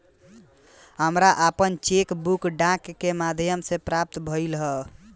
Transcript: हमरा आपन cheque book डाक के माध्यम से प्राप्त भइल ह